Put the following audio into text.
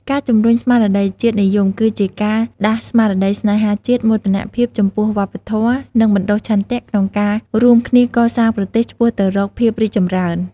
ការជំរុញស្មារតីជាតិនិយមគឺជាការ ដាស់ស្មារតីស្នេហាជាតិ មោទនភាពចំពោះវប្បធម៌ និងបណ្ដុះឆន្ទៈក្នុងការរួមគ្នាកសាងប្រទេសឆ្ពោះទៅរកភាពរីកចម្រើន។